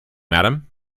madam